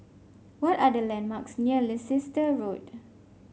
what are the landmarks near Leicester Road